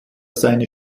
seine